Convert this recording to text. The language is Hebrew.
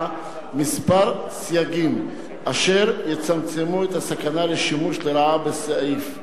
כמה סייגים אשר יצמצמו את הסכנה של שימוש לרעה בסעיף.